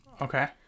Okay